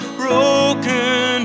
broken